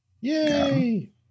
Yay